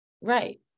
right